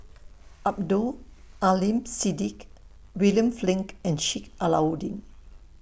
Abdul Aleem Siddique William Flint and Sheik Alau'ddin